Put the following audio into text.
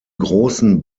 großen